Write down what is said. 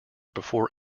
before